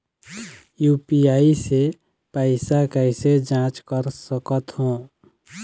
UPI से पैसा कैसे जाँच कर सकत हो?